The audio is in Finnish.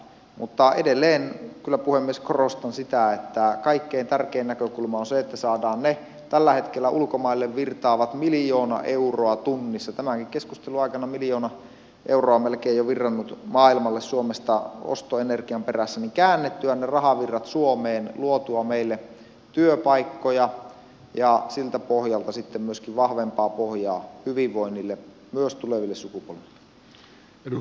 mutta edelleen kyllä puhemies korostan sitä että kaikkein tärkein näkökulma on se että saadaan ne tällä hetkellä ulkomaille virtaavat miljoona euroa tunnissa ne rahavirrat tämänkin keskustelun aikana on miljoona euroa melkein jo virrannut maailmalle suomesta ostoenergian perässä käännettyä suomeen luotua meille työpaikkoja ja siltä pohjalta sitten myöskin vahvempaa pohjaa hyvinvoinnille myös tuleville sukupolville